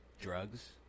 drugs